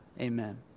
Amen